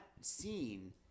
scene